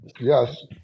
Yes